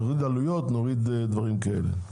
נוריד עלויות, נוריד דברים כאלה.